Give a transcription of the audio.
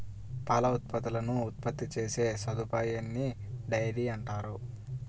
పాల ఉత్పత్తులను ఉత్పత్తి చేసే సదుపాయాన్నిడైరీ అంటారు